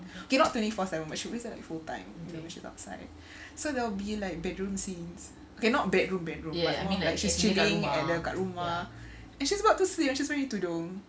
okay not twenty four seven but she was like full time when she's outside so there'll be like bedroom scenes okay not bedroom bedroom but she's chilling and then kat rumah and she's about to sleep and she's wearing tudung